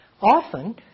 often